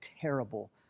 terrible